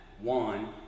One